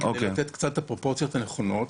בשביל לתת את הפרופורציות הנכונות.